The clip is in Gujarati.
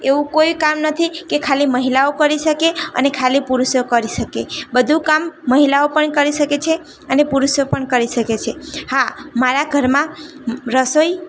એવું કોઈ કામ નથી કે ખાલી મહિલાઓ કરી શકે અને ખાલી પુરુષો કરી શકે બધું કામ મહિલાઓ પણ કરી શકે છે અને પુરુષો પણ કરી શકે છે હા મારા ઘરમાં રસોઈ